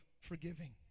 forgiving